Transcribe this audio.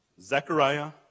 Zechariah